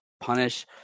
punish